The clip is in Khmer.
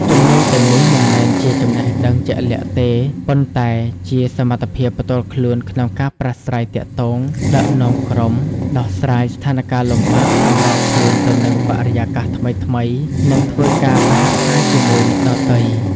ជំនាញទាំងនេះមិនមែនជាចំណេះដឹងជាក់លាក់ទេ ប៉ុន្តែជា សមត្ថភាពផ្ទាល់ខ្លួនក្នុងការប្រាស្រ័យទាក់ទង ដឹកនាំក្រុម ដោះស្រាយស្ថានការណ៍លំបាក សម្របខ្លួនទៅនឹងបរិយាកាសថ្មីៗ និងធ្វើការសហការជាមួយអ្នកដទៃ ។